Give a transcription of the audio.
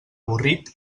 avorrit